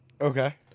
Okay